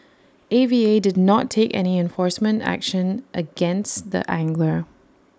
A V A did not take any enforcement action against the angler